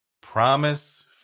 Promise